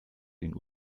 den